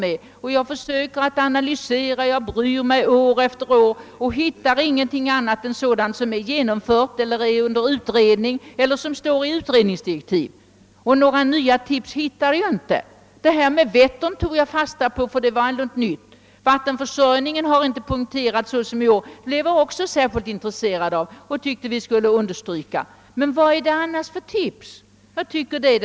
Jag bryr år efter år min hjärna med att försöka analysera förslagen men hittar ingenting annat än sådant som är genomfört, befinner sig under utredning eller står i utredningsdirektiv. Några nya tips hittar jag alltså inte. — Detta med Vättern tog jag fasta på, ty det var något nytt. Vattenförsörjningen har inte tidigare poängterats så som i år. Det blev jag också intresserad av och tyckte att vi skulle understryka. Men vad är det annars för tips ni givit?